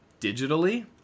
digitally